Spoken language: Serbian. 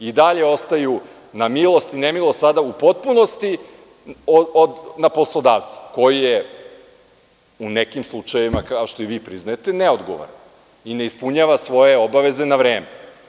I dalje ostaju na milost i nemilost, sada u potpunosti, poslodavca, koji je u nekim slučajevima, kao što i vi priznajete, neodgovoran i ne ispunjava svoje obaveze na vreme.